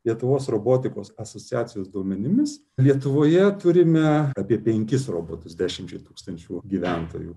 lietuvos robotikos asociacijos duomenimis lietuvoje turime apie penkis robotus dešimčiai tūkstančių gyventojų